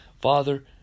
Father